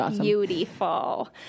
Beautiful